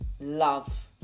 love